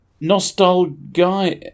Nostalgia